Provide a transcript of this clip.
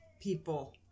people